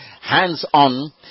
hands-on